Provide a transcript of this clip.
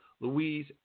Louise